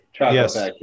Yes